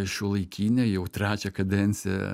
šiuolaikinė jau trečią kadenciją